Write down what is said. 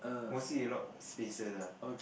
mostly a lot spaces lah